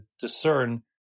discern